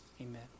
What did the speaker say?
Amen